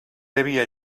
devia